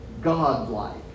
God-like